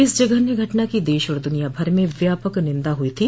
इस जघन्य घटना की देश और दुनिया भर में व्यापक निंदा हुई थी